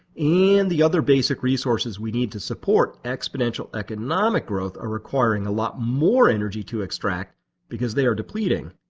and the other basic resources we need to support exponential economic growth are requiring a lot more energy to extract because they are depleting,